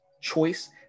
choice